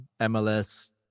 MLS